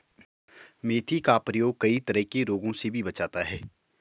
मेथी का प्रयोग कई तरह के रोगों से भी बचाता है